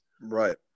Right